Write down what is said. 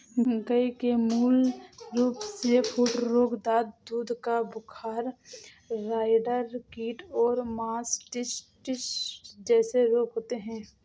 गय के मूल रूपसे फूटरोट, दाद, दूध का बुखार, राईडर कीट और मास्टिटिस जेसे रोग होते हें